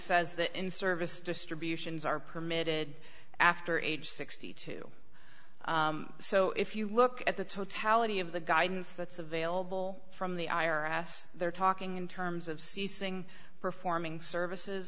says that in service distributions are permitted after age sixty two so if you look at the totality of the guidance that's available from the i r s they're talking in terms of ceasing performing services